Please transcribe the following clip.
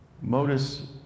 modus